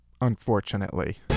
unfortunately